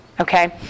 Okay